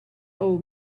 old